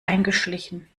eingeschlichen